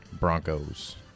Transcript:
Broncos